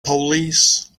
police